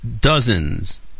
dozens